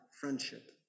friendship